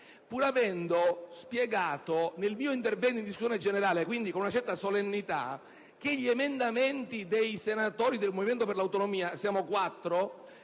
pur avendo spiegato nel mio intervento in discussione generale, quindi con una certa solennità, che gli emendamenti dei quattro senatori del Movimento per le Autonomie erano stati